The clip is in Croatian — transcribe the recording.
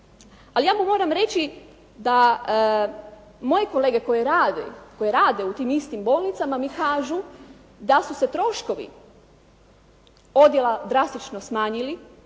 Ali ja mu moram reći da moje kolege koje rade u tim istim bolnicama mi kažu, da su se troškovi podjela drastično smanjili